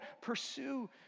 pursue